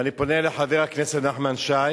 ואני פונה לחבר הכנסת נחמן שי.